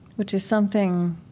which is something